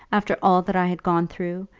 after all that i had gone through,